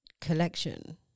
collection